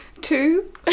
Two